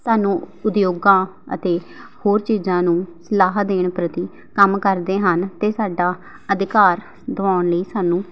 ਸਾਨੂੰ ਉਦਯੋਗਾਂ ਅਤੇ ਹੋਰ ਚੀਜ਼ਾਂ ਨੂੰ ਸਲਾਹ ਦੇਣ ਪ੍ਰਤੀ ਕੰਮ ਕਰਦੇ ਹਨ ਅਤੇ ਸਾਡਾ ਅਧਿਕਾਰ ਦਿਵਾਉਣ ਲਈ ਸਾਨੂੰ